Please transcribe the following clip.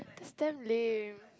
that's damn lame